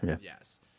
Yes